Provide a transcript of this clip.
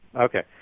Okay